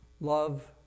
Love